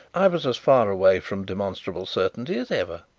i was as far away from demonstrable certainty as ever.